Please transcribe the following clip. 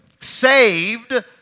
saved